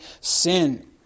sin